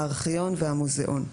הארכיון והמוזיאון.